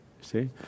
See